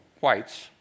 whites